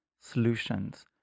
solutions